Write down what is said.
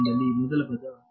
ದಲ್ಲಿ ಮೊದಲ ಪದ